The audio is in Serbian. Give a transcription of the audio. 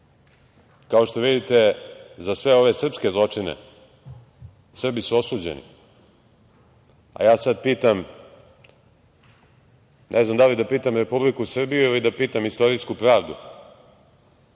što vidite, za sve ove srpske zločine, Srbi su osuđeni. A, ja sada pitam, ne znam da li da pitam Republiku Srbiju ili da pitam istorijsku pravdu,